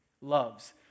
loves